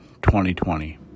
2020